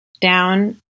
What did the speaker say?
down